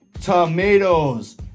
tomatoes